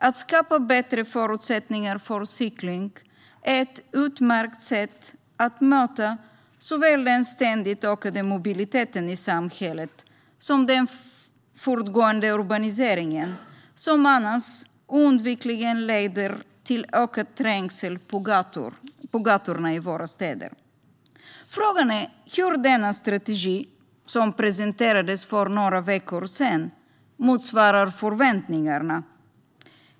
Att skapa bättre förutsättningar för cykling är ett utmärkt sätt att möta såväl den ständigt ökande mobiliteten i samhället som den fortgående urbaniseringen, som annars oundvikligen leder till ökad trängsel på gatorna i våra städer. Frågan är hur denna strategi, som presenterades för några veckor sedan, motsvarar förväntningarna.